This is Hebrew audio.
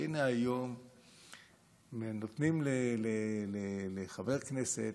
והינה היום נותנים לחבר כנסת,